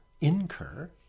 incur